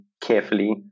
carefully